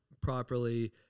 properly